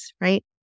right